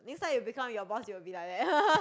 next time you become your boss you will be like that